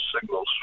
Signals